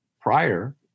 prior